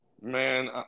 man –